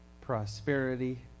prosperity